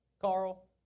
Carl